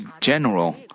general